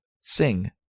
Sing